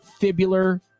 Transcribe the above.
fibular